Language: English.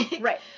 right